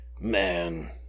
man